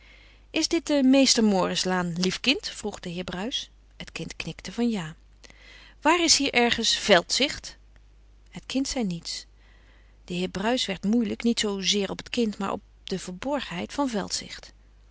is dit de meester morislaan lief kind vroeg de heer bruis het kind knikte van ja waar is hier ergens veldzicht het kind zei niets de heer bruis werd moeilijk niet zoo zeer op het kind maar op de verborgenheid van